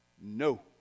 no